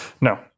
No